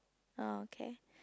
okay